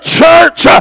church